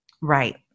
Right